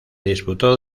disputó